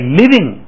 living